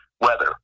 weather